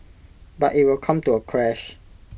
but IT will come to A crash